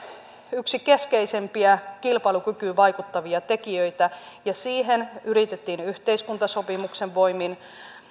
yksi keskeisimpiä kilpailukykyyn vaikuttavia tekijöitä ja niihin yritettiin yhteiskuntasopimuksen voimin